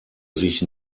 sich